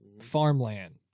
farmland